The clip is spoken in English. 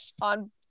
on